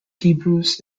hebrews